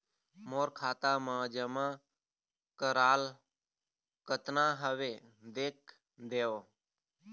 मोर खाता मा जमा कराल कतना हवे देख देव?